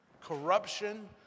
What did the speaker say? corruption